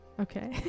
Okay